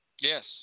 Yes